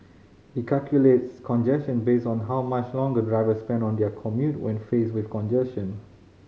it calculates congestion based on how much longer drivers spend on their commute when faced with congestion